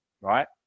right